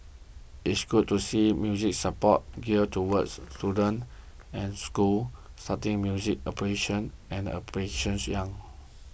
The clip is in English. it's good to see music support geared towards students and schools starting music appreciation and application young